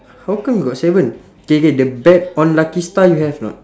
how come you got seven K K the bet on lucky star you have not